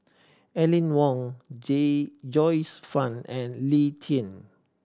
Aline Wong J Joyce Fan and Lee Tjin